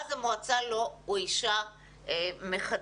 ומאז המועצה לא אוישה מחדש.